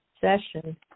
session